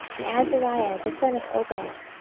and azariah the son of obed,